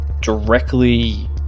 Directly